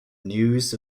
news